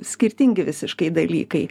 skirtingi visiškai dalykai